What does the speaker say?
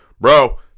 Bro